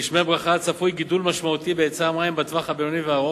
וגשמי הברכה צפוי גידול משמעותי בהיצע המים בטווח הבינוני והארוך,